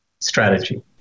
strategy